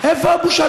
איפה הבושה?